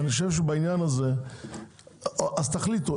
אני חושב שבעניין הזה אז תחליטו,